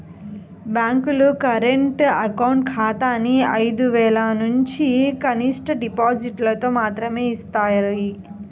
బ్యేంకులు current account ఖాతాని ఐదు వేలనుంచి కనిష్ట డిపాజిటుతో మాత్రమే యిస్తాయి